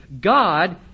God